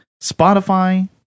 Spotify